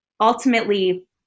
ultimately